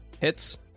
hits